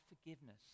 forgiveness